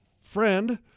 friend